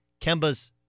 Kemba's